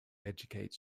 educates